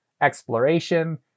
exploration